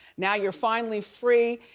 now you're finally free,